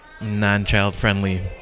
non-child-friendly